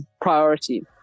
priority